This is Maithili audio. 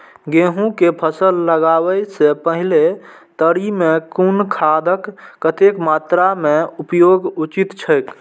गेहूं के फसल लगाबे से पेहले तरी में कुन खादक कतेक मात्रा में उपयोग उचित छेक?